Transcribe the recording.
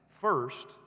First